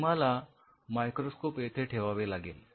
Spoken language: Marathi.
तुम्हाला मायक्रोस्कोप येथे ठेवावे लागेल